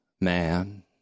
man